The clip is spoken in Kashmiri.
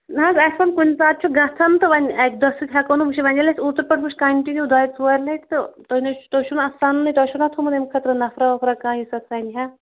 نہ حظ اَسہِ وون کُنہِ ساتہٕ چھُ گژھان تہٕ وۄنۍ اَکہِ دۄہ سۭتۍ ہیٚکو نہٕ وُچھِتھ وۅنۍ ییٚلہِ اسہِ اوٗترٕ پٮ۪ٹھ وُچھ کَنٹِنیوٗ دۄیہِ ژورِ لَٹہِ تہٕ تُہۍ نے تُہۍ چھُو نہٕ اَتھ سَننٕے تۄہہِ چھُو نا تھومُت اَمہِ خٲطرٕ نفرا وَفرا کانٛہہ یُس اَتھ سَنہِ ہا